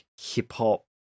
hip-hop